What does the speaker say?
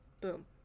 Boom